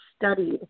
studied